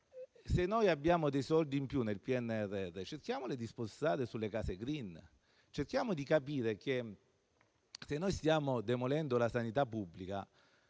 se abbiamo soldi in più nel PNRR, cerchiamo di spostarli sulle case *green*, cerchiamo di capire che se stiamo demolendo la sanità pubblica